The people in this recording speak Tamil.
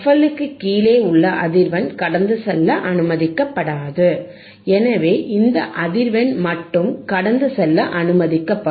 எல் கீழே உள்ள அதிர்வெண் கடந்து செல்ல அனுமதிக்கப்படாது எனவே இந்த அதிர்வெண் மட்டும் கடந்து செல்ல அனுமதிக்கப்படும்